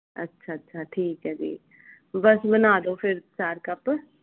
ਅੱਛਾ ਅੱਛਾ ਠੀਕ ਹੈ ਜੀ ਬਸ ਬਣਾ ਦਿਓ ਫਿਰ ਚਾਰ ਕੱਪ